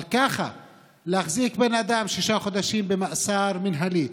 אבל ככה להחזיק בן אדם שישה חודשים במעצר מינהלי,